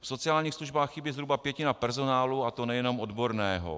V sociálních službách chybí zhruba pětina personálu, a to nejenom odborného.